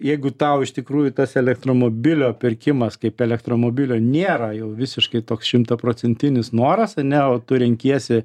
jeigu tau iš tikrųjų tas elektromobilio pirkimas kaip elektromobilio nėra jau visiškai toks šimtaprocentinis noras ane o tu renkiesi